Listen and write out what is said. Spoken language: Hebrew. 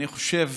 אני חושב